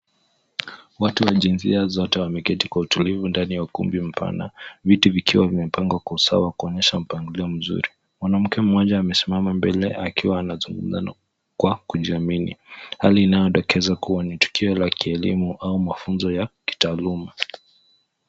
Watu wa jinsia zote wameketi kwa utulivu ndani ya ukumbi mpana viti vikiwa vimepangwa kwa usawa kuonyesha mpangilio mzuri. Mwanamke mmoja amesimama mbele akiwa anazungumza kwa kujiamini, hali inayodokeza kuwa ni tukio la kielimu au mafunzo ya kitaaluma.